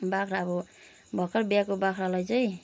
बाख्रा अब भर्खर ब्याएको बाख्रालाई चाहिँ